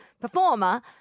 performer